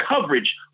coverage